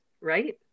right